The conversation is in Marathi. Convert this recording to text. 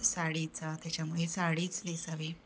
साडीचा त्याच्यामुळे साडीच नेसावी